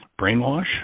Brainwash